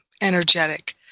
energetic